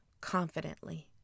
confidently